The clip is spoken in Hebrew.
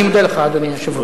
אני מודה לך, אדוני היושב-ראש.